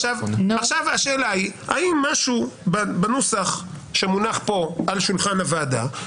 השאלה אם משהו בנוסח פה שמונח על שולחן הוועדה,